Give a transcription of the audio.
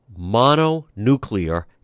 mononuclear